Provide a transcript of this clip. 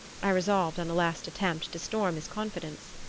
i resolved on a last attempt to storm his confidence.